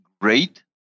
great